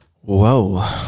Whoa